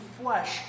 flesh